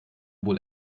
wohl